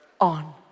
on